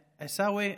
עיסאווי,